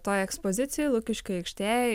toj ekspozicijoj lukiškių aikštėj